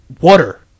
water